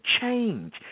change